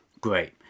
great